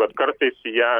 bet kartais ja